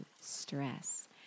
stress